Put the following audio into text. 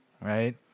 right